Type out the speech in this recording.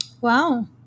Wow